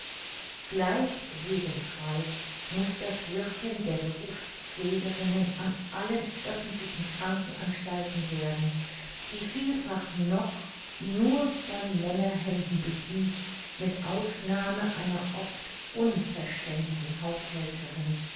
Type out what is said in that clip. gleich segensreich muß das wirken der berufspflegerinnen an allen öffentlichen krankenanstalten werden die vielfach noch nur von männerhänden bedient mit ausnahme einer oft unverständigen haushälterin